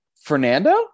Fernando